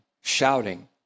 shouting